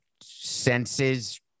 senses